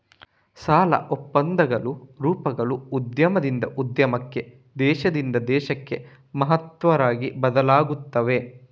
ಸಾಲ ಒಪ್ಪಂದಗಳ ರೂಪಗಳು ಉದ್ಯಮದಿಂದ ಉದ್ಯಮಕ್ಕೆ, ದೇಶದಿಂದ ದೇಶಕ್ಕೆ ಮಹತ್ತರವಾಗಿ ಬದಲಾಗುತ್ತವೆ